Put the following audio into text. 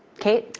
kate?